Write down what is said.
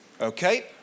Okay